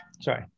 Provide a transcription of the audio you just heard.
sorry